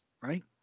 right